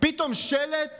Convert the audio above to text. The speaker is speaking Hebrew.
פתאום שלט